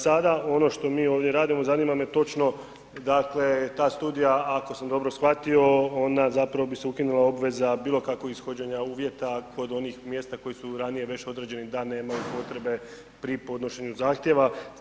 Sada ono što mi ovdje radimo, zanima me točno dakle ta studija ako sam dobro shvatio ona zapravo bi se ukinula obveza bilo kakvog ishođenja uvjeta kod onih mjesta koji su ranije već određeni da nemaju potrebe pri podnošenju zahtjeva.